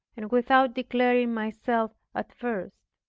and without declaring myself at first